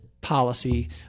policy